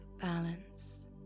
balance